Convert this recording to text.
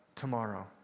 Tomorrow